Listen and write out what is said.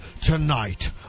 tonight